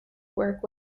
work